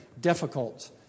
difficult